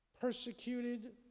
persecuted